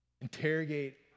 Interrogate